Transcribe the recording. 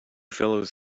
fellows